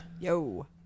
yo